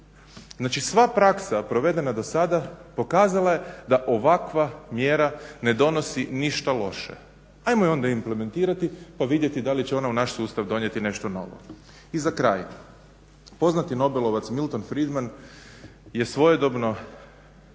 Znači, sva praksa provedena do sada pokazala je da ovakva mjera ne donosi ništa loše. Hajmo je onda implementirati, pa vidjeti da li će ona u naš sustav donijeti nešto novo. I za kraj. Poznati nobelovac Milton Friedman je svojedobno